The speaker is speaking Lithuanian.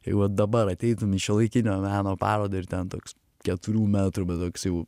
vat dabar ateitum į šiuolaikinio meno parodą ir ten toks keturių metrų bet toks jau